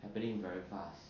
happening very fast